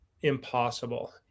impossible